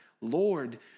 Lord